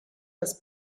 das